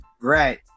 Right